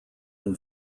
than